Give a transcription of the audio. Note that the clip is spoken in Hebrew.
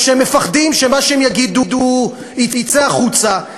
או שהם מפחדים שמה שהם יגידו יצא החוצה,